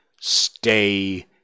stay